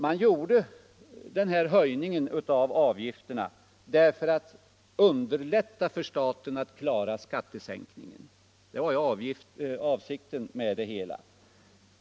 Man gjorde den här höjningen av avgifterna för att underlätta för staten att klara skattesänkningen. Det var avsikten med det hela.